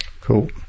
Cool